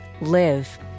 live